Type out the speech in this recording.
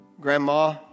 grandma